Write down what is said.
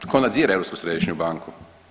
Tko nadzire Europsku središnju banku?